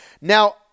Now